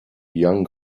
young